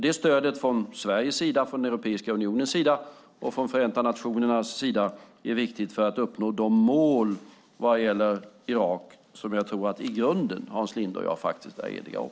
Det stödet från Sveriges sida, från Europeiska unionens sida och från Förenta Nationernas sida är viktigt för att uppnå de mål vad gäller Irak som jag tror att Hans Linde och jag i grunden faktiskt är eniga om.